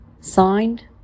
Signed